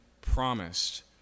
promised